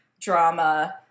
drama